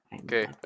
Okay